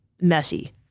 messy